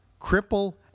Cripple